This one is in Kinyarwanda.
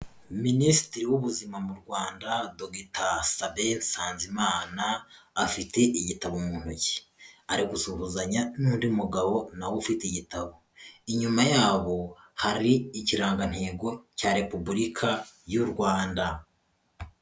Minisitiri w'Ubuzima mu Rwanda Dr Sabin Nsanzimana, afite igitabo mu ntoki, ari gushuhuzanya n'undi mugabo nawe ufite igitabo, inyuma yabo hari ikirangantego cya Repubulika y'u Rwanda.